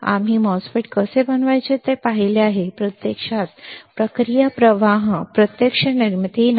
आम्ही MOSFET कसे बनवायचे ते पाहिले आहे प्रत्यक्षात प्रक्रिया प्रवाह प्रत्यक्ष निर्मिती नाही